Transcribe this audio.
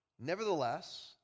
Nevertheless